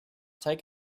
take